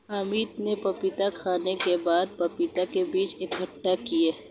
अमित ने पपीता खाने के बाद पपीता के बीज इकट्ठा किए